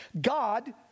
God